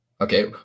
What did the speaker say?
okay